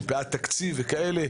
תקציב וכדו',